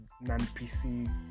non-PC